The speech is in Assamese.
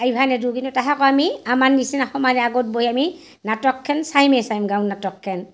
আইভা নেদো কিন্তু তাহাকো আমি আমাৰ নিচিনা সমাজে আগত বহি আমি নাটকখন চাইমেই চাইম গাঁৱৰ নাটকখন